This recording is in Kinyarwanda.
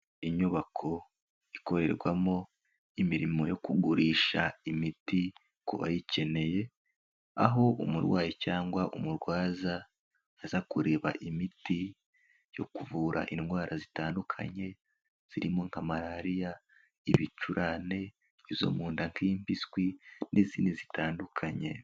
Inyubako ikorerwamo imirimo yo kugurisha imiti ku bayikeneye, aho umurwayi cyangwa umurwaza aza kureba imiti yo kuvura indwara zitandukanye, zirimo nka Malariya, ibicurane, izo mu nda nk'impiswi n'izindi zitandukanye.